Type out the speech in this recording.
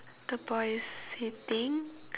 the boy is sitting